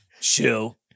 Chill